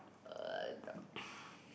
uh